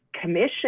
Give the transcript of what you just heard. Commission